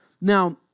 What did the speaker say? Now